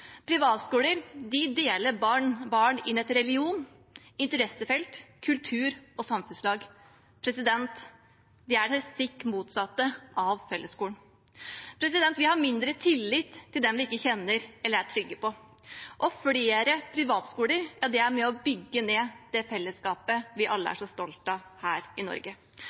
Privatskoler deler barn inn etter religion, interessefelt, kultur og samfunnslag. Det er det stikk motsatte av fellesskolen. Vi har mindre tillit til dem vi ikke kjenner eller er trygge på, og flere privatskoler vil være med og bygge ned det fellesskapet vi alle er så stolte av her i Norge.